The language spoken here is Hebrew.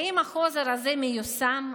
האם החוזר הזה מיושם?